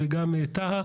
אבל עדיין יש מה לשפר בה.